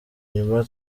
inyuma